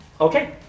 Okay